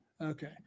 Okay